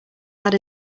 had